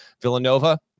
Villanova